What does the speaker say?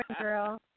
Girl